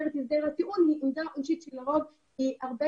במסגרת הסדר הטיעון היא עמדה עונשית שלרוב היא הרבה